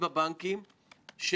אני מנסה לפשט את כל הדברים,